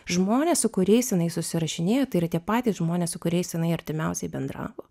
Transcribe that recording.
žmones su kuriais jinai susirašinėjo tai yra tie patys žmonės su kuriais jinai artimiausiai bendravo